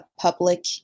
public